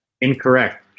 Incorrect